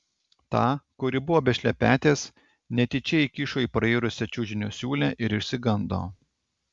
tą kuri buvo be šlepetės netyčia įkišo į prairusią čiužinio siūlę ir išsigando